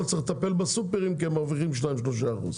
צריך לטפל בסופרים כי הם מרוויחים בין 2%-3%.